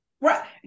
Right